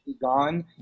gone